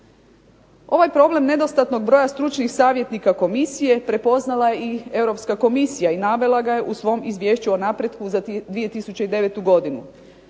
Ovaj problem nedostatnog broja stručnih savjetnika komisije prepoznala je i Europska komisija i navela ga je u svom izvješću o napretku za 2009. godinu.